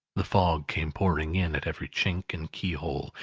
the fog came pouring in at every chink and keyhole,